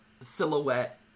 silhouette